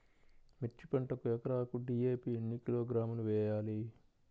మిర్చి పంటకు ఎకరాకు డీ.ఏ.పీ ఎన్ని కిలోగ్రాములు వేయాలి?